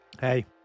Hey